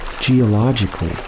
geologically